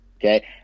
Okay